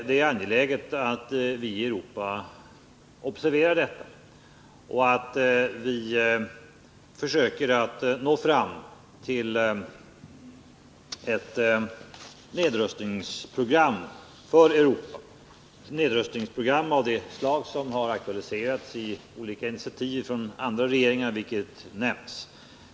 Det är angeläget att vi i Europa observerar detta och försöker nå fram till ett nedrustningsprogram för Europa — ett nedrustningsprogram av det slag som har aktualiserats i olika initiativ från andra regeringar, vilket nämns i regeringsdeklarationen.